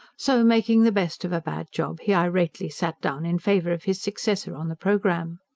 so, making the best of a bad job, he irately sat down in favour of his successor on the programme.